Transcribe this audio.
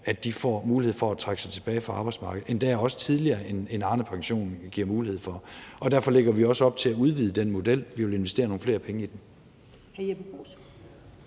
et behov, får mulighed for at trække sig tilbage fra arbejdsmarkedet, endda også tidligere, end Arnepensionen giver mulighed for, og derfor lægger vi også op til at udvide den model ved at investere nogle flere penge i den.